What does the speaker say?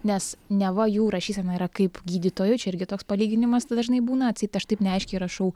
nes neva jų rašysena yra kaip gydytojų čia irgi toks palyginimas dažnai būna atseit aš taip neaiškiai rašau